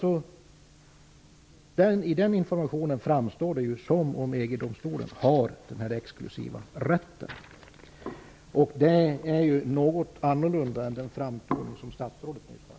I denna information framstår det som om EG domstolen har den här exklusiva rätten. Det är ju något annat än framtoningen i statsrådets svar.